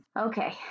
okay